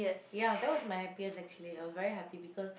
ya that was my happiest actually I was very happy because